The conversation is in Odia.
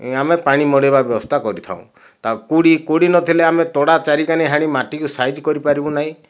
ଆମେ ପାଣି ମଡ଼େଇବା ବ୍ୟବସ୍ଥା କରିଥାଉଁ କୋଡ଼ି କୋଡ଼ି ନଥିଲେ ଆମେ ତଡ଼ା ଚାରିକାନୀ ହାଣି ମାଟି ସାଇଜ କରି ପାରିବୁ ନାହିଁ